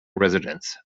residence